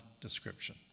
description